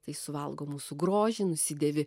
tai suvalgo mūsų grožį nusidėvi